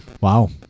Wow